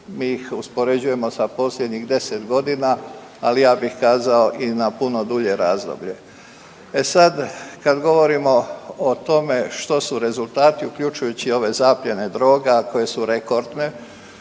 mi ih uspoređujemo sa posljednjih 10.g., ali ja bih kazao i na puno dulje razdoblje. E sad kad govorimo o tome što su rezultati uključujući i ove zaplijene droga koje su rekordne,